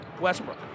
Westbrook